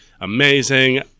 amazing